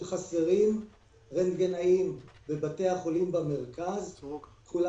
כשחסרים רנטגנאים בבתי החולים במרכז כולם